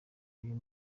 uyu